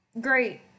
Great